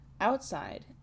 Outside